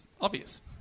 obvious